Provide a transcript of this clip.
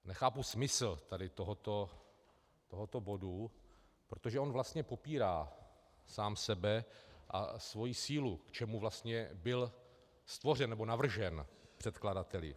Nechápu smysl tady tohoto bodu, protože on vlastně popírá sám sebe a svoji sílu, k čemu vlastně byl stvořen nebo navržen předkladateli.